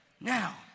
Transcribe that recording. Now